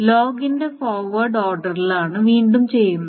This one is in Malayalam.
ലോഗിന്റെ ഫോർവേഡ് ഓർഡറിലാണ് വീണ്ടും ചെയ്യുന്നത്